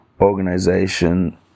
organization